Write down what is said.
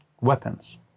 weapons